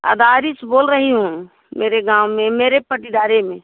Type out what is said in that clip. अदारी से बोल रही हूँ मेरे गाँव में मेरे पटीदारे में